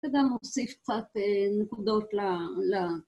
זה גם מוסיף קצת נקודות ל...